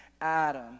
Adam